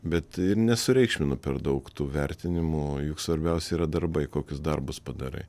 bet nesureikšminu per daug tų vertinimų juk svarbiausia yra darbai kokius darbus padarai